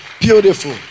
beautiful